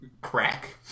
crack